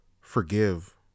forgive